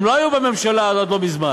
הם לא היו בממשלה עד לא מזמן,